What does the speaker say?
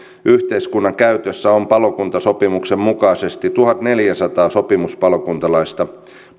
yhteiskunnan käytössä on palokuntasopimuksen mukaisesti tuhatneljäsataa sopimuspalokuntalaista